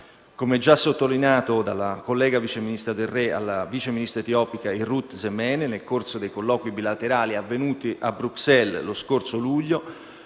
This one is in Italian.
Come già sottolineato dal vice ministro Del Re al vice ministro etiopico Hirut Zemene nel corso dei colloqui bilaterali avvenuti a Bruxelles lo scorso luglio,